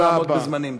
וגם לעמוד בזמנים.